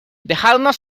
dejadnos